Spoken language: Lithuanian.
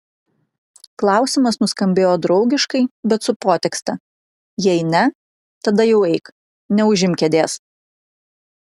klausimas nuskambėjo draugiškai bet su potekste jei ne tada jau eik neužimk kėdės